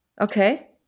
okay